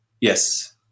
Yes